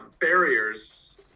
barriers